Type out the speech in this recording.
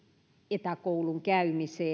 etäkoulunkäyntiin